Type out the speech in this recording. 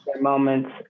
moments